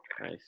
Nice